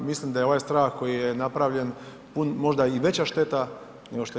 Mislim da je ovaj strah koji je napravljen možda i veća šteta nego što je